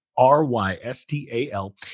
R-Y-S-T-A-L